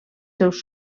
seus